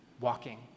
walking